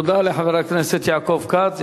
תודה לחבר הכנסת יעקב כץ.